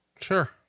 Sure